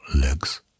legs